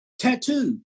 Tattoo